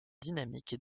dynamique